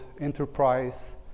enterprise